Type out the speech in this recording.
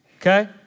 Okay